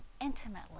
intimately